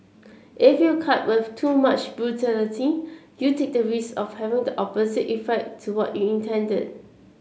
if you cut with too much brutality you take the rise of having the opposite effect to what you intended